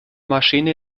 maschine